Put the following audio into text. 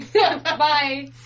Bye